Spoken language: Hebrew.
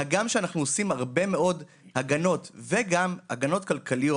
הגם שאנחנו עושים הרבה מאוד הגנות ו/גם הגנות כלכליות,